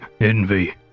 Envy